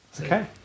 Okay